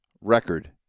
record